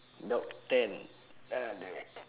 no ten ah direct